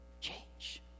change